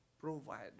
provider